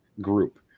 group